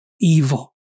evil